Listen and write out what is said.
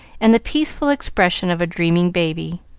and the peaceful expression of a dreaming baby.